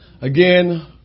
Again